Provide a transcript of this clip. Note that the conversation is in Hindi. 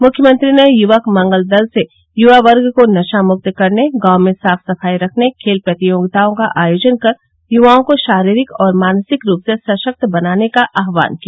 मुख्यमंत्री ने युवक मंगल दल से युवा वर्ग को नशा मुक्त करने गांव में साफ सफाई रखने खेल प्रतियोगिताओं का आयोजन कर युवाओं को शारीरिक और मानसिक रूप से सशक्त बनाने का आहवान किया